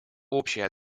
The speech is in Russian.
общая